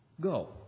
Go